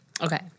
Okay